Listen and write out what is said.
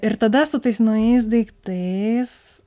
ir tada su tais naujais daiktais